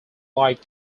like